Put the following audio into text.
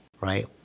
right